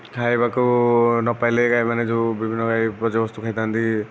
ଖାଇବାକୁ ନ ପାଇଲେ ଗାଈ ମାନେ ଯେଉଁ ବିଭିନ୍ନ ଗାଈ ବର୍ଜ୍ୟବସ୍ତୁ ଖାଇଥାନ୍ତି